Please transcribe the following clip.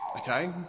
okay